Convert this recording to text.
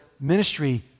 ministry